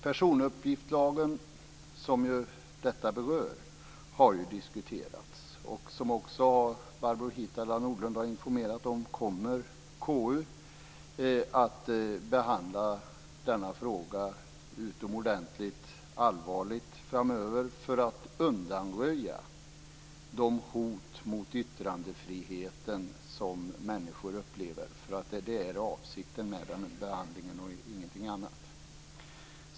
Personuppgiftslagen, som detta berör, har diskuterats. Som också Barbro Hietala Nordlund har informerat om kommer KU att behandla denna fråga utomordenligt seriöst framöver för att undanröja de hot mot yttrandefriheten som människor upplever. Det är avsikten med behandlingen och ingenting annat.